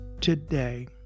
today